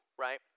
right